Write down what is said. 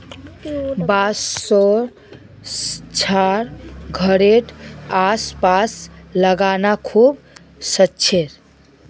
बांसशेर झाड़ घरेड आस पास लगाना शुभ ह छे